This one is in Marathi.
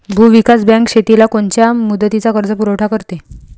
भूविकास बँक शेतीला कोनच्या मुदतीचा कर्जपुरवठा करते?